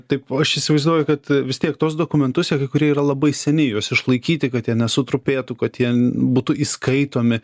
taip aš įsivaizduoju kad vis tiek tuos dokumentus kurie yra labai seni juos išlaikyti kad jie nesutrupėtų kad jie būtų įskaitomi